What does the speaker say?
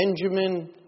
Benjamin